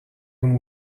این